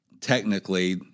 technically